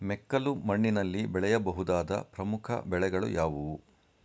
ಮೆಕ್ಕಲು ಮಣ್ಣಿನಲ್ಲಿ ಬೆಳೆಯ ಬಹುದಾದ ಪ್ರಮುಖ ಬೆಳೆಗಳು ಯಾವುವು?